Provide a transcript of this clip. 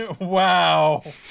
Wow